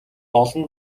олон